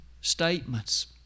statements